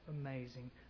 amazing